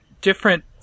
different